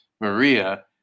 Maria